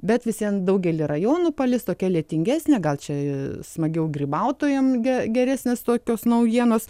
bet vis vien daugely rajonų palis tokia lietingesnė gal čia smagiau grybautojam ge geresnės tokios naujienos